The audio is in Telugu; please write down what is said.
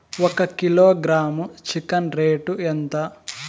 ఒక కిలోగ్రాము చికెన్ రేటు ఎంత?